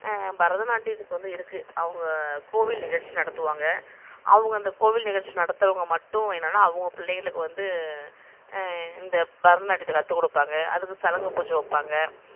பரதநாட்டியத்துக்கு வந்து இருக்கு அவங்க கோவில் நிகழ்ச்சி நடத்துவாங்க அவங்க அந்த கோவில் நிகழ்ச்சி நடத்துறவங்க மட்டும் என்னன்னா அவங்க பிள்ளைங்களுக்கு வந்து இந்த பரதநாட்டியத்தை கற்றுக்குடுப்பாங்க அதுக்கு சலங்கை பூஜை வைப்பாங்க